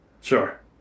Sure